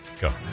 go